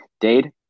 Dade